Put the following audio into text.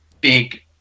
big